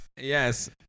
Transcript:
Yes